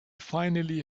finally